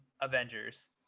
Avengers